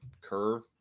curve